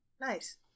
Nice